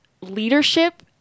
leadership